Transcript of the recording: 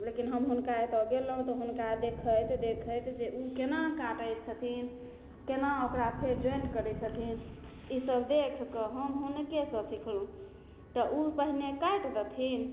लेकिन हम हुनका ओतऽ गेलहुँ तऽ हुनका देखैत देखैत जे ओ कोना काटै छथिन कोना ओकरा फेर जॉइन्ट करै छथिन ईसब देखिकऽ हम हुनकेसँ सिखलहुँ तऽ ओ पहिने काटि देथिन